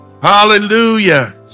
Hallelujah